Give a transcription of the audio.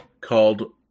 called